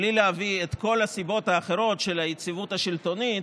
בלי להביא את כל הסיבות האחרות של היציבות השלטונית,